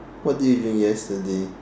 what did you drink yesterday